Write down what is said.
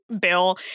Bill